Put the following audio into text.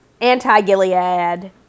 anti-Gilead